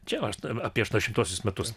čia aš apie aštuoniasdešimtuosius metus